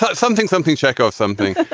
but something something check out something